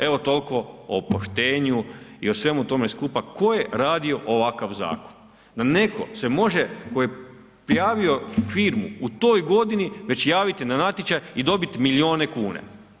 Evo toliko o poštenju i o tome svemu skupa tko je radio ovakav zakon, da se neko može tko je prijavio firmu u toj godini već javiti na natječaj i dobiti milijune kune.